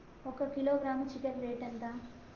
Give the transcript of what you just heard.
ఒక kilogram chicken rate ఎంత?